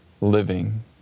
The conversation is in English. living